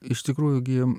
iš tikrųjų gi